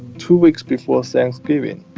two weeks before thanksgiving,